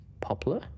Poplar